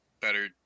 better